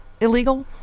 illegal